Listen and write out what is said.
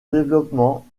développement